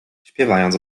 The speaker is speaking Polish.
śpiewając